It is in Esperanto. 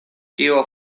tio